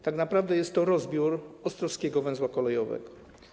Tak naprawdę jest to rozbiór ostrowskiego węzła kolejowego.